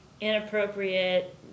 Inappropriate